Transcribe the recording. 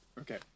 Okay